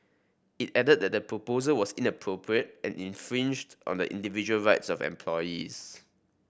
it added that the proposal was inappropriate and infringed on the individual rights of employees